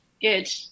Good